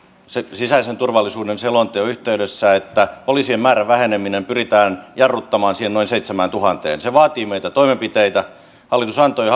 sisäisen turvallisuuden selonteon yhteydessä että poliisien määrän väheneminen pyritään jarruttamaan noin seitsemääntuhanteen se vaatii meiltä toimenpiteitä hallitus antoi